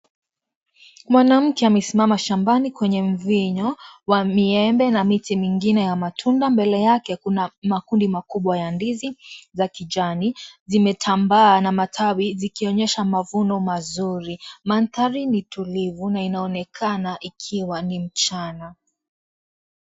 Mwanamke amesimama shambani kwenye mvinyo wa miembe na miti mingine ya matunda mbele yake kuna makundi makubwa ya ndizi za kijani zimetambaa na matawi zikionyesha mavuno mazuri . Mandhari ni tulivu na inaonekana ikiwa ni mchana.